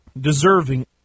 deserving